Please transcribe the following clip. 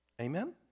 Amen